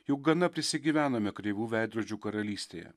jau gana prisigyvenome kreivų veidrodžių karalystėje